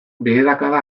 beherakada